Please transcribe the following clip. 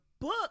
book